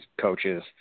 coaches